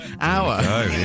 hour